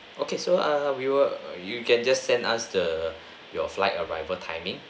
okay so uh we were you can just send us the your flight arrival timing